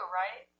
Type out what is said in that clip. right